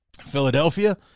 Philadelphia